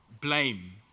blame